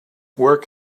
work